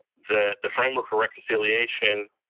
the the framework for reconciliation